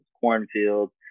cornfields